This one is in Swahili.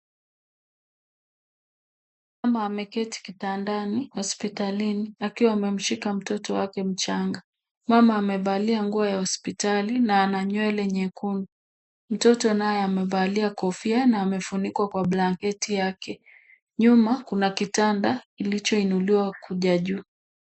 Mama ameketi kitandani hospitalini akiwa amemshika mtoto wake mchanga. Mama amevalia nguo ya hospitali na ana nywele nyekundu. Mtoto naye amevalia kofia na amefunikwa kwa blanketi yake. Nyuma kuna kitanda kilichoinuliwa kuja juu.